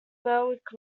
berwick